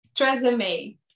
resume